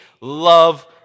love